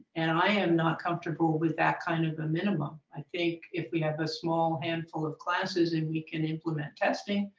and and i am not comfortable with that kind of a minimum. i think if we have a small handful of classes and we can implement testing,